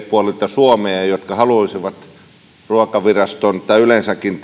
puolilta suomea paljon poliitikkoja jotka haluaisivat ruokaviraston tai yleensäkin